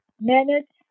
minutes